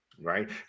right